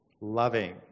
loving